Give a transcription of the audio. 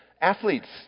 Athletes